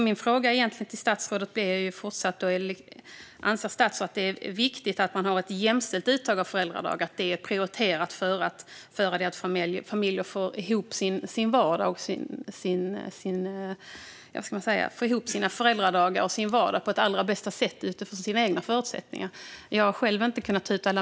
Min fråga till statsrådet är fortsatt: Anser statsrådet att det är viktigt med ett jämställt uttag av föräldradagar, att det är prioriterat för att familjer ska få ihop sin vardag på allra bäst sätt utifrån sina egna förutsättningar. Jag har inte varit statsråd.